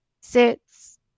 sits